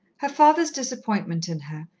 her father's disappointment in her,